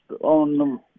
on